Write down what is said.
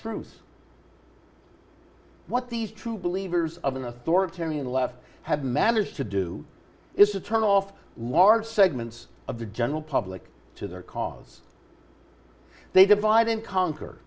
truth what these true believers of an authoritarian left have managed to do is to turn off large segments of the general public to their cause they divide and conquer